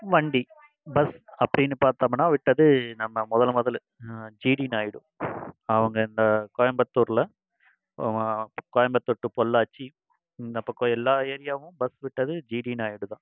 வண்டி பஸ் அப்படின்னு பார்த்தமுன்னா விட்டது நம்ம முதல் முதல் ஜிடி நாயிடு அவங்க இந்த கோயம்புத்தூரில் கோயம்புத்தூர் டூ பொள்ளாச்சி இந்த பக்கம் எல்லா ஏரியாவும் பஸ் விட்டது ஜிடி நாயிடு தான்